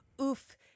oof